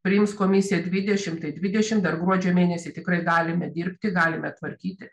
priims komisija dvidešim tai dvidešim dar gruodžio mėnesį tikrai galime dirbti galime tvarkyti